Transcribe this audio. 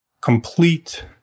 complete